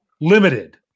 Limited